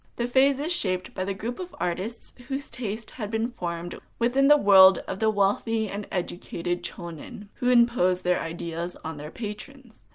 phase is shaped by the group of artists whose tastes had been formed within the world of the wealthy and educated chonin, who imposed their ideas on their patrons.